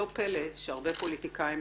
לא פלא שהרבה פוליטיקאים,